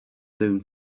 soon